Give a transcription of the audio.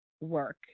work